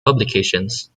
publications